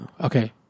okay